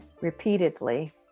repeatedly